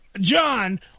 John